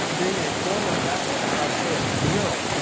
being a former catholic, i'd say a grill. because